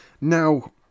Now